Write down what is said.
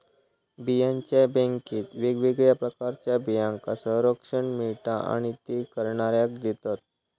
बियांच्या बॅन्केत वेगवेगळ्या प्रकारच्या बियांका संरक्षण मिळता आणि ते करणाऱ्याक देतत